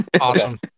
Awesome